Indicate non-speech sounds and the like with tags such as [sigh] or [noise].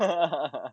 [laughs]